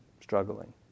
struggling